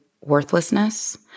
worthlessness